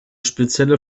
spezielle